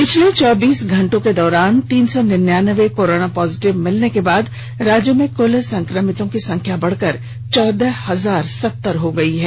पिछले चौबीस घंटे के दौरान तीन सौ निनयान्बे कोरोना पॉजिटिव मिलने के बाद राज्य में कुल संक्रमितों की संख्या बढ़कर चौदह हजार सत्तर पहुंच गयी है